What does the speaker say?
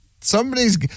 Somebody's